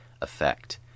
effect